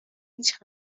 هیچ